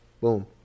Boom